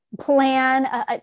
plan